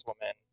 woman